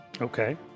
Okay